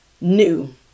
new